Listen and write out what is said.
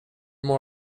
mår